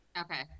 okay